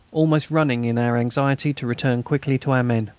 almost running in our anxiety to return quickly to our men.